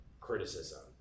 criticism